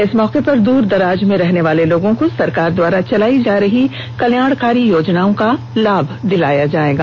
इस मौके पर दूर दराज में रहने वाले लोगों को सरकार द्वारा चलायी जा रही कल्याणकारी योजनाओं का लाभ दिलाया जायेगा